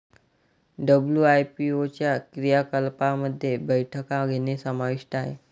WIPO च्या क्रियाकलापांमध्ये बैठका घेणे समाविष्ट आहे